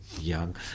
young